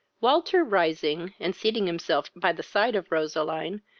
walter, rising, and seating himself by the side of roseline,